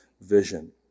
vision